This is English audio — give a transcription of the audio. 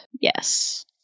yes